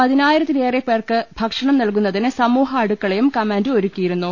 പതിനായിരത്തിലേറെ പേർക്ക് ഭക്ഷണം നൽകുന്നതിന് സമൂഹ അടുക്കളയും കമാൻഡ് ഒരുക്കിയിരു ന്നു